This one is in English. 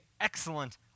excellent